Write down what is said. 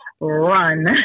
Run